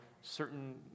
certain